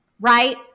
right